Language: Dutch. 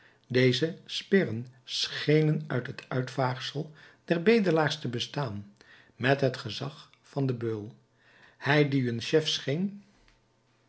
deze sbirren schenen uit het uitvaagsel der bedelaars te bestaan met het gezag van den beul hij die hun chef scheen